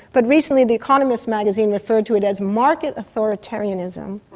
but recently the economist magazine referred to it as market authoritarianism.